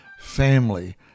Family